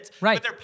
Right